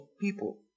People